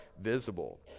visible